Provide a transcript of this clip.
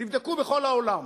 תבדקו בכל העולם.